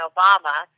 Obama